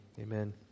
Amen